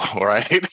Right